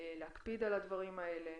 להקפיד על המקרים האלה,